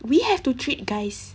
we have to treat guys